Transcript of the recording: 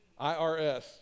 IRS